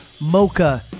Mocha